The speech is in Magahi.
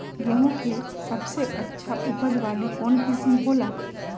गेंहू के सबसे अच्छा उपज वाली कौन किस्म हो ला?